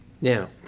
Now